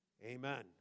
Amen